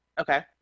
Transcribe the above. Okay